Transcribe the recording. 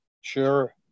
Sure